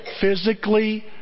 physically